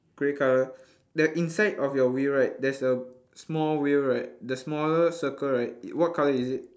grey colour the inside of your wheel right there's a small wheel right the smaller circle right what colour is it